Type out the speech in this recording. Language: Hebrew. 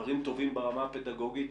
דברים טובים ברמה הפדגוגית,